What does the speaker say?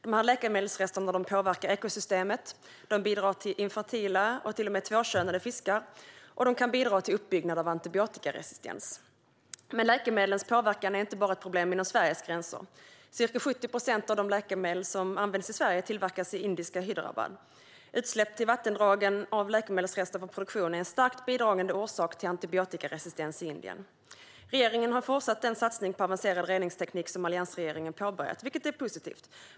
De här läkemedelsresterna påverkar ekosystemet. De bidrar till infertila och till och med tvåkönade fiskar och kan bidra till uppbyggnad av antibiotikaresistens. Men läkemedlens påverkan är inte bara ett problem inom Sveriges gränser. Ca 70 procent av de läkemedel som används i Sverige tillverkas i indiska Hyderabad. Utsläpp till vattendragen av läkemedelsrester från produktion är en starkt bidragande orsak till antibiotikaresistens i Indien. Regeringen har fortsatt den satsning på avancerad reningsteknik som alliansregeringen påbörjade, vilket är positivt.